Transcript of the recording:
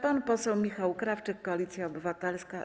Pan poseł Michał Krawczyk, Koalicja Obywatelska.